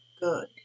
good